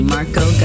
Marco